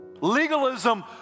Legalism